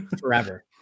forever